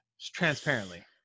transparently